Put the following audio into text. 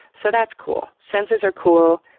so, that's cool. senses are cool,